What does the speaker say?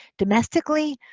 domestically,